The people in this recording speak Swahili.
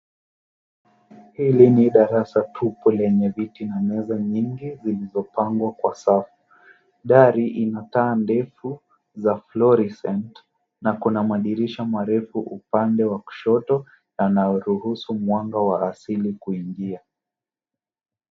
Hili ni darasa tupu lenye viti na meza nyingi zilizopangwa kwa safu. Dari ina taa ndefu za fluorescent na kuna madirisha marefu upande wa kushoto na unaoruhusu mwanga wa asili kuingia.